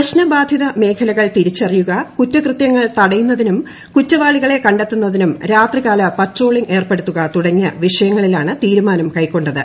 പ്രശ്ന ബാധിത മേഖലകൾ തിരിച്ചറിയുക കുറ്റകൃത്യങ്ങൾ തടയുന്നതിനും കുറ്റവാളികളെ കണ്ടെത്തുന്നതിനും രാത്രികാല പട്രോളിംഗ് ഏർപ്പെടുത്തുക തുടങ്ങിയ വിഷയങ്ങളിലാണ് തീരുമാനം കൈക്കൊണ്ടത്